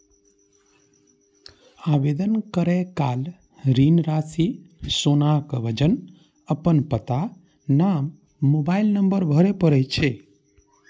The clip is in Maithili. आवेदन करै काल ऋण राशि, सोनाक वजन, अपन पता, नाम, मोबाइल नंबर भरय पड़ै छै